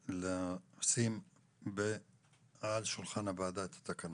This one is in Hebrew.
לשים על שולחן הוועדה את התקנות.